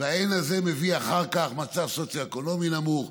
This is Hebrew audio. והאין הזה מביא אחר כך מצב סוציו-אקונומי נמוך,